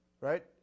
Right